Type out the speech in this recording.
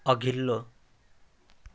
अघिल्लो